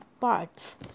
parts